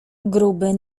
gruby